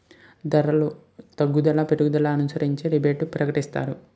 ధరలు తగ్గుదల పెరుగుదలను అనుసరించి రిబేటు ప్రకటిస్తారు